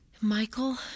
Michael